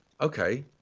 Okay